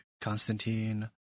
Constantine